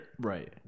Right